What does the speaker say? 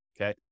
okay